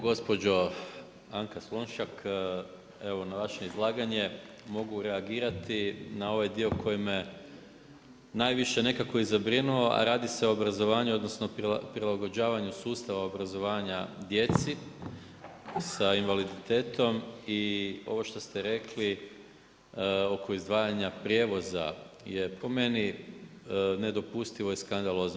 Gospođo Anka Slonjšak, evo na vaše izlaganje mogu reagirati na ovaj dio koji me najviše nekako i zabrinuo a radi se o obrazovanju odnosno prilagođavanju sustava obrazovanja djeci sa invaliditetom i ovo što ste rekli oko izdvajanja prijevoza je po meni nedopustivo i skandalozno.